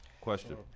Question